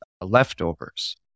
leftovers